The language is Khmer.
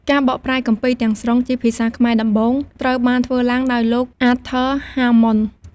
ការបកប្រែគម្ពីរទាំងស្រុងជាភាសាខ្មែរដំបូង ត្រូវបានធ្វើឡើងដោយ លោក អាតធើរ ហាមម៉ុន។